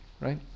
right